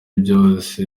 byose